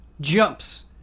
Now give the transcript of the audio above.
jumps